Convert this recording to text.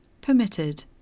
Permitted